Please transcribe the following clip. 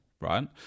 right